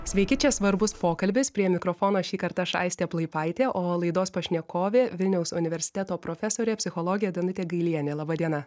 sveiki čia svarbus pokalbis prie mikrofono šįkart aš aistė plaipaitė o laidos pašnekovė vilniaus universiteto profesorė psichologė danutė gailienė laba diena